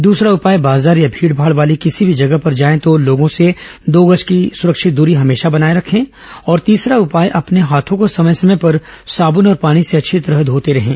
दूसरा उपाय बाजार या भीड़ भाड़ वाली किसी भी जगह पर जाए तो लोगों से दो गज की सुरक्षित दूरी हमेशा बनाए रखे और तीसरा उपाए अपने हाथों को समय समय पर साबुन और पानी से अच्छी तरह से धोते रहें